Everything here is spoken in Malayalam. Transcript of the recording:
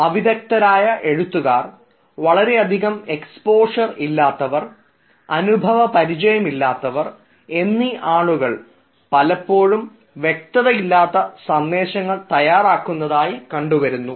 അവിദഗ്ദ്ധരായ എഴുത്തുകാർ വളരെയധികം എക്സ്പോഷർ ഇല്ലാത്തവർ അനുഭവപരിചയമില്ലാത്തവർ എന്നീ ആളുകൾ പലപ്പോഴും വ്യക്തതയില്ലാത്ത സന്ദേശങ്ങൾ തയ്യാറാക്കുന്നതിനായി കണ്ടുവരുന്നു